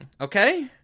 Okay